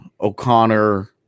o'connor